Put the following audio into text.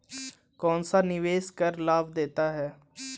कौनसा निवेश कर लाभ देता है?